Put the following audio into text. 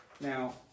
Now